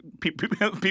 people